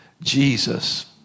Jesus